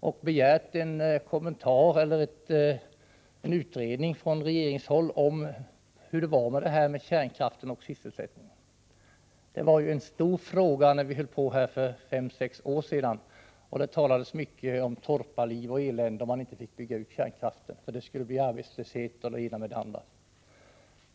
och begärt en utredning från regeringshåll om detta med kärnkraften och sysselsättningen. Det var ju en stor fråga för fem sex år sedan, och det talades mycket om torparliv och elände om man inte fick bygga ut kärnkraften. Det skulle bli arbetslöshet och det ena med det andra.